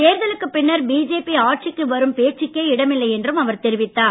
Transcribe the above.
தேர்தலுக்கு பின்னர் பிஜேபி ஆட்சிக்கு வரும் பேச்சுக்கே இடமில்லை என்றும் அவர் தெரிவித்தார்